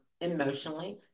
emotionally